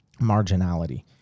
Marginality